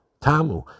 Tamu